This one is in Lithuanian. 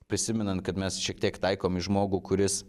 prisimenant kad mes šiek tiek taikom į žmogų kuris